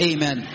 Amen